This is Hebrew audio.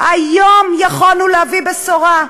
היום יכולנו להביא בשורה.